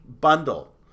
bundle